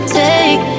take